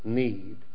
need